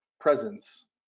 presence